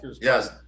Yes